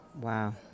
Wow